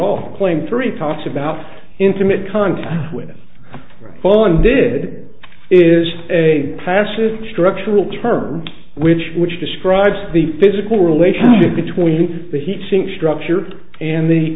all claim three talked about intimate contact with one did is a passive structural term which which describes the physical relationship between the heat sink structure and the